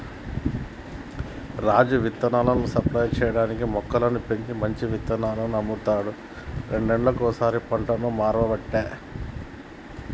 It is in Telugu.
రాజు విత్తనాలను సప్లై చేయటానికీ మొక్కలను పెంచి మంచి విత్తనాలను అమ్ముతాండు రెండేళ్లకోసారి పంటను మార్వబట్టే